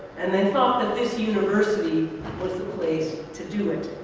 and then thought that this university was the place to do it.